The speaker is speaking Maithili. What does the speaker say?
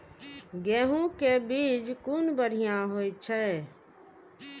गैहू कै बीज कुन बढ़िया होय छै?